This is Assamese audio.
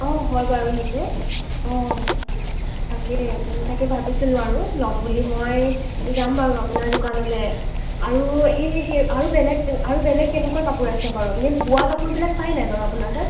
অ হয় বাৰু সেইটো অ তাকে তাকে ভাবিছিলোঁ আৰু ল'ম বুলি মই যাম বাৰু আপোনাৰ দোকানলৈ আৰু সেই সেই আৰু বেলেগ আৰু বেলেগ কেনেকুৱা কাপোৰ আছে বাৰু এনে বোৱা কাপোৰবিলাক পাই নাই বাৰু আপোনাৰ